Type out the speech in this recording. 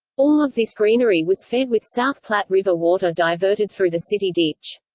all of this greenery was fed with south platte river water diverted through the city ditch.